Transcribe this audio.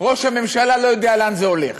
ראש הממשלה לא יודע לאן זה הולך,